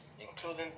including